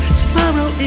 tomorrow